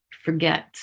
forget